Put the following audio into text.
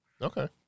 Okay